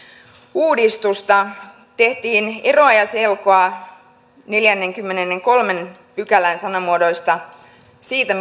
uudistusta tehtiin eroa ja selkoa neljännenkymmenennenkolmannen pykälän sanamuodoista siitä